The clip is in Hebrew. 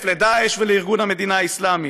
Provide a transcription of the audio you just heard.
ל"דאעש" ולארגון המדינה האסלאמית,